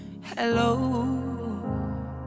Hello